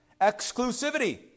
Exclusivity